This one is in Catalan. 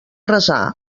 resar